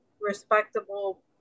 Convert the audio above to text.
respectable